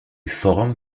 forum